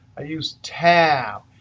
i used tab.